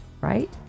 right